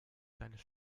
seines